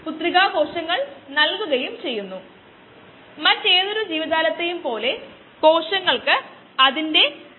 ഇത് ലഭിച്ച plating Xanthomonas plating രീതിയിലൂടെയാണ്